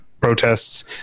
protests